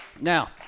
Now